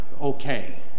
okay